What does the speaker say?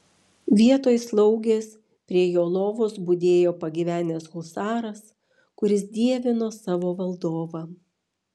vietoj slaugės prie jo lovos budėjo pagyvenęs husaras kuris dievino savo valdovą